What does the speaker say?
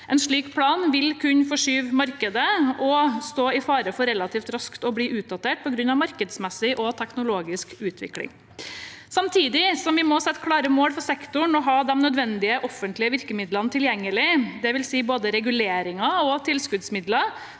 En slik plan vil kunne forskyve markedet og stå i fare for relativt raskt å bli utdatert på grunn av markedsmessig og teknologisk utvikling. Samtidig som vi må sette klare mål for sektoren og ha de nødvendige offentlige virkemidlene tilgjengelig, dvs. både reguleringer og tilskuddsmidler,